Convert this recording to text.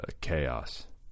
chaos